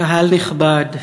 קהל נכבד,